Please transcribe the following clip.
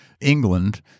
England